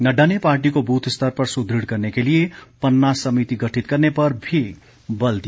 नड्डा ने पार्टी को बूथ स्तर पर सुदृढ़ करने के लिए पन्ना समिति गठित करने पर भी बल दिया